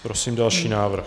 Prosím další návrh.